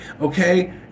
okay